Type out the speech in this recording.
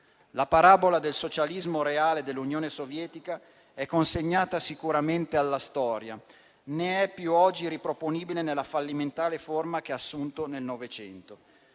La parabola del socialismo reale dell'Unione Sovietica è consegnata sicuramente alla storia, né è più oggi riproponibile nella fallimentare forma che ha assunto nel Novecento,